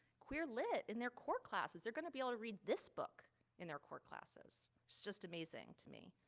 queer lit in their core classes, they're going to be able to read this book in their core classes. it's just amazing amazing to me.